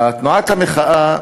תנועת המחאה